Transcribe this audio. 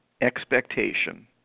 expectation